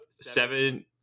Seven